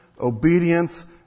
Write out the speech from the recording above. obedience